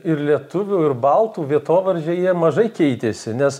ir lietuvių ir baltų vietovardžiai jie mažai keitėsi nes